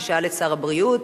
ששאל את שר הבריאות.